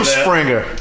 springer